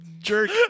jerk